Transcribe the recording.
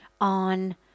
on